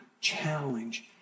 challenge